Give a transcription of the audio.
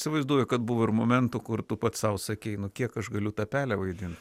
aš įsivaizduoju kad buvo ir momentų kur tu pats sau sakei nu kiek aš galiu tą pelę vaidint